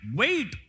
wait